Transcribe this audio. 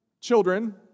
children